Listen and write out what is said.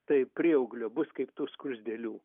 tai prieauglio bus kaip tų skruzdėlių